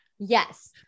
Yes